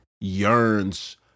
yearns